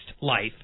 life